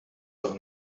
doch